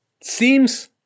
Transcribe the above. seems